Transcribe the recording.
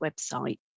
website